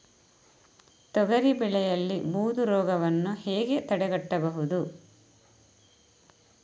ತೊಗರಿ ಬೆಳೆಯಲ್ಲಿ ಬೂದು ರೋಗವನ್ನು ಹೇಗೆ ತಡೆಗಟ್ಟಬಹುದು?